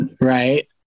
Right